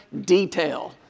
detail